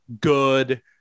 good